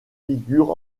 figure